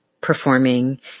performing